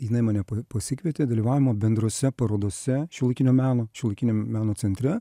jinai mane pasikvietė dalyvavome bendrose parodose šiuolaikinio meno šiuolaikinio meno centre